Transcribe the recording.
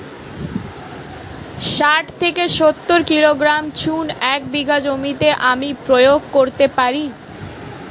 শাঠ থেকে সত্তর কিলোগ্রাম চুন এক বিঘা জমিতে আমি প্রয়োগ করতে পারি?